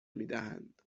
میدهند